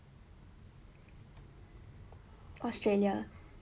australia